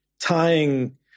Tying